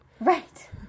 Right